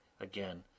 again